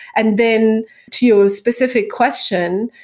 and then to your specific question,